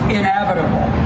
inevitable